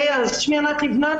שמי ענת לבנת,